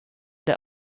der